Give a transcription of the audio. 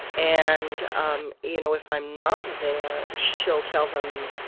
and um you know if i'm not there, she'll tell them,